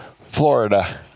Florida